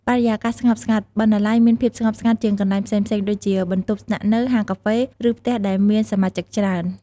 បរិយាកាសស្ងប់ស្ងាត់បណ្ណាល័យមានភាពស្ងប់ស្ងាត់ជាងកន្លែងផ្សេងៗដូចជាបន្ទប់ស្នាក់នៅ ហាងកាហ្វេ ឬផ្ទះដែលមានសមាជិកច្រើន។